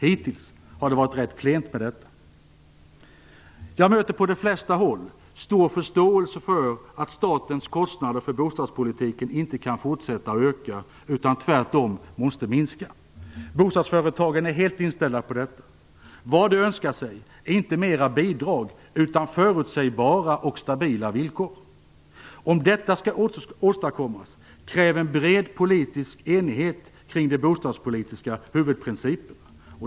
Hittills har det varit rätt klent med detta. Jag möter, på de flesta håll, stor förståelse för att statens kostnader för bostadspolitiken inte kan fortsätta att öka utan tvärtom måste minska. Bostadsföretagen är helt inställda på detta. Vad de önskar sig är inte mera bidrag utan förutsägbara och stabila villkor. Om detta skall åstadkommas krävs en bred politisk enighet kring de bostadspolitiska huvudprinciperna.